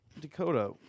dakota